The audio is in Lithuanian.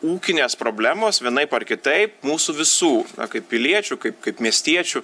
ūkinės problemos vienaip ar kitaip mūsų visų kaip piliečių kaip kaip miestiečių